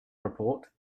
report